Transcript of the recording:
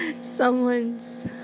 someone's